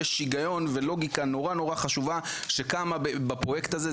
יש היגיון ולוגיקה נורא-נורא חשובה שקמה בפרויקט הזה.